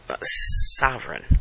sovereign